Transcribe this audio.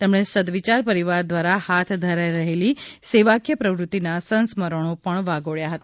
તેમણે સદવિયાર પરિવાર દ્વારા હાથ ધરાઈ રહેલી સેવાકીય પ્રવૃત્તિના સંસ્મરણો પણ વાગોબ્યા હતા